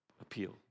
appeal